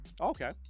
Okay